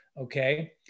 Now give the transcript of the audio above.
okay